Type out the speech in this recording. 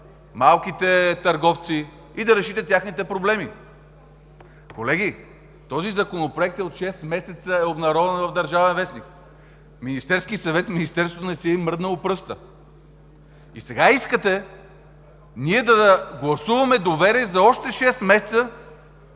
малките търговци и да решите техните проблеми? Колеги, този законопроект от шест месеца е обнародван в „Държавен вестник“! Министерският съвет и Министерството не са си мръднали пръста! Сега искате ние да гласуваме доверие за още шест месеца,